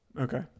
Okay